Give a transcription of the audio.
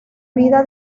vida